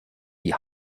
die